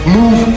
move